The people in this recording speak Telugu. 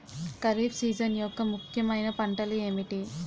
ఖరిఫ్ సీజన్ యెక్క ముఖ్యమైన పంటలు ఏమిటీ?